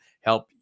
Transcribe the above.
help